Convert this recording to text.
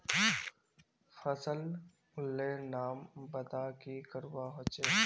फसल लेर नाम बता की करवा होचे?